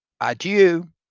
adieu